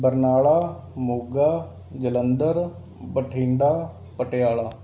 Barnala Moga Jalandhar Bathinda Patiala